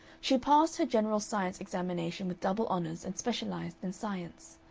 she passed her general science examination with double honors and specialized in science.